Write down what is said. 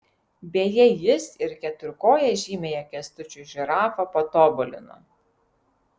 beje jis ir keturkoję žymiąją kęstučio žirafą patobulino